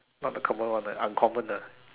not the common one ah uncommon ah